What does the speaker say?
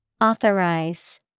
Authorize